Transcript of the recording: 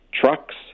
trucks